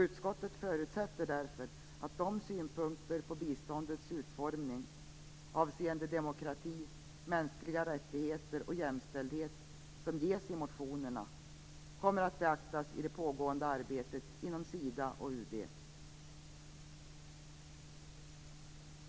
Utskottet förutsätter därför att de synpunkter på biståndets utformning avseende demokrati, mänskliga rättigheter och jämställdhet som ges i motionerna beaktas i det pågående arbetet inom Sida och UD.